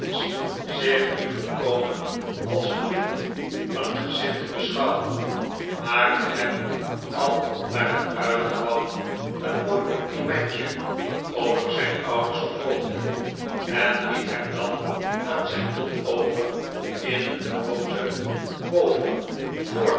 zich nu volkomen als een lid van het gezin te beschouwen maakte hem al naar het uitkwam een mooi complimentje over zijn ouders of voogden en liet hem dan aan zijn lot over in een groote bovenvoorkamer